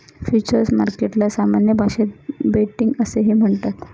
futures मार्केटला सामान्य भाषेत बेटिंग असेही म्हणतात